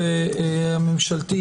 ומיכל.